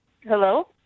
Hello